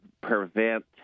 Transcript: prevent